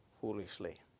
foolishly